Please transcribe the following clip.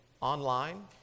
online